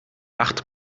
acht